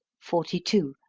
forty two.